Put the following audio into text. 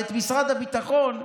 ואת משרד הביטחון,